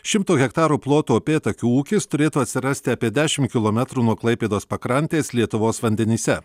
šimto hektarų ploto upėtakių ūkis turėtų atsirasti apie dešimt kilometrų nuo klaipėdos pakrantės lietuvos vandenyse